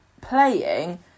playing